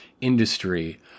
industry